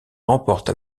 remporte